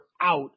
out